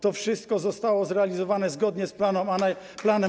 To wszystko zostało zrealizowane zgodnie z planem.